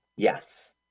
Yes